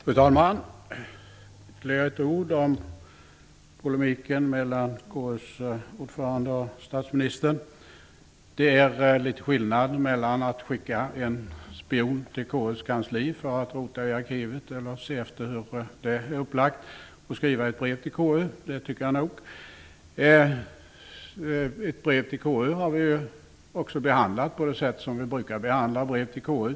Fru talman! Ytterligare några ord om polemiken mellan KU:s ordförande och statsministern. Jag tycker nog att det är litet skillnad mellan att skicka en spion till KU:s kansli för att rota i arkivet eller för att se efter hur det är upplagt och att skriva ett brev till KU. Ert brev till KU har vi ju också behandlat på det sätt som vi brukar behandla brev till KU.